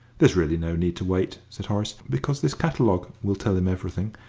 there's really no need to wait, said horace, because this catalogue will tell him everything,